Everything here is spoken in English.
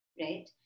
right